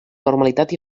normalitat